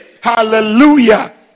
Hallelujah